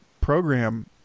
program